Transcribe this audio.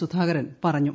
സുധാകരൻ പറഞ്ഞു